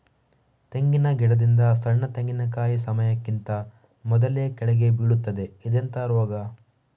ತೆಂಗಿನ ಗಿಡದಿಂದ ಸಣ್ಣ ತೆಂಗಿನಕಾಯಿ ಸಮಯಕ್ಕಿಂತ ಮೊದಲೇ ಕೆಳಗೆ ಬೀಳುತ್ತದೆ ಇದೆಂತ ರೋಗ?